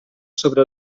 sobre